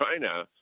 China